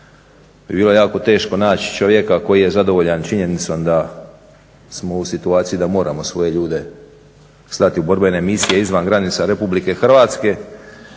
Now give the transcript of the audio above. bi bilo jako teško naći čovjeka koji je zadovoljan činjenicom da smo u situaciji da moramo svoje ljude slati u borbene misije izvan granica Republike Hrvatske.